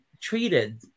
treated